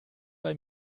bei